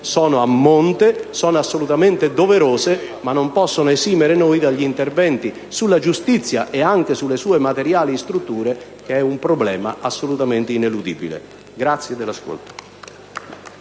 sono a monte, sono assolutamente doverose, ma non possono esimere noi dal fare interventi sulla giustizia ed anche sulle sue materiali strutture, che costituiscono un problema assolutamente ineludibile. Grazie per l'ascolto.